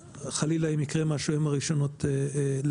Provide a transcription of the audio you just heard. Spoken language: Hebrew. וחלילה, אם יקרה משהו הן הראשונות להיהרס.